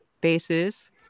bases